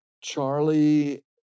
Charlie